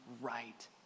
right